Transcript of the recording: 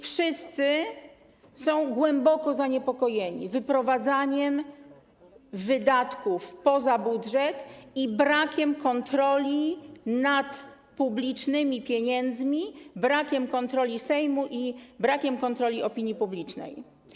Wszyscy są głęboko zaniepokojeni wyprowadzaniem wydatków poza budżet i brakiem kontroli nad publicznymi pieniędzmi, brakiem kontroli Sejmu i brakiem kontroli opinii publicznej.